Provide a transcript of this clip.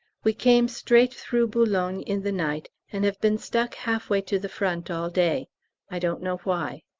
we came straight through boulogne in the night, and have been stuck half way to the front all day i don't know why.